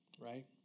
right